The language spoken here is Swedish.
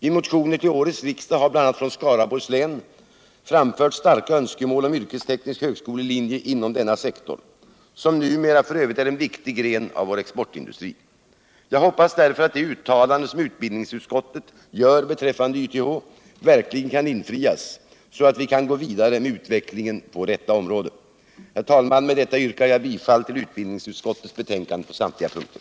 I motioner till årets riksdag har bl.a. från Skaraborgs län framförts starka önskemål om en yrkesteknisk högskolelinie inom denna sektor, som numera f. ö. är en viktig gren av vår exportindustri. Jag hoppas därför att det uttalande som utbildningsutskottet gör beträffande YTH verkligen kan infrias, så att vi kan gå vidare med utvecklingen på detta område. Herr talman! Med detta yrkar jag bifall till utbildningsutskottets förslag på samtliga punkter.